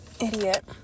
idiot